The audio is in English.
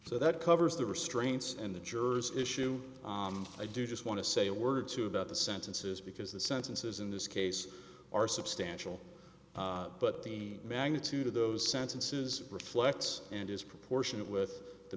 so that covers the restraints and the jurors issue i do just want to say a word or two about the sentences because the sentences in this case are substantial but the magnitude of those sentences reflects and is proportionate with the